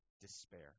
despair